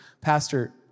Pastor